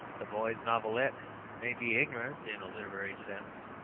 the boy's novelette may be ignorant in a literary sense,